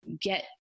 get